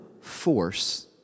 force